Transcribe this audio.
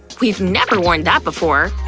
we've never worn that before!